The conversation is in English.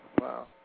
Wow